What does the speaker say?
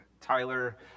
Tyler